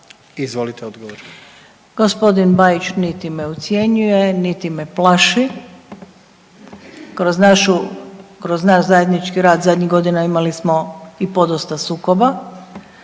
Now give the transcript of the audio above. Zlata** G. Bajić niti ne ucjenjuje niti me plaši, kroz našu, kroz naš zajednički rad zadnjih godina imali smo i podosta sukoba,